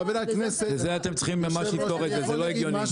אתם צריכים לפתור את זה, זה לא הגיוני.